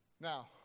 Now